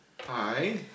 Hi